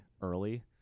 early